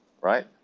right